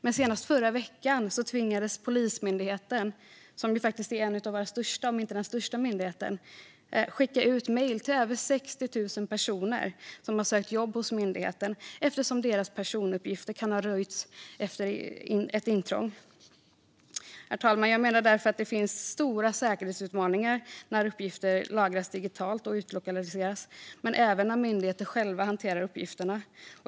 Men senast i förra veckan tvingades Polismyndigheten, som är en av våra största myndigheter, att skicka ut mejl till över 60 000 personer som har sökt jobb hos myndigheten, eftersom deras personuppgifter kan ha röjts efter ett intrång. Herr talman! Jag menar därför att det finns stora säkerhetsutmaningar när uppgifter lagras digitalt och utlokaliseras men även när myndigheter själva hanterar uppgifterna.